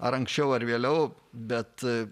ar anksčiau ar vėliau bet